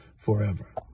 forever